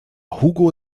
hugo